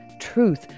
truth